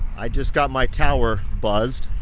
i just got my tower buzzed.